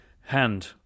hand